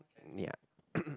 need ah